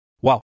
Wow